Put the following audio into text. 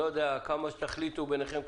כמה שתחליטו ביניכם.